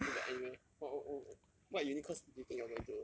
no but anyway wh~ what uni course do you think you're going to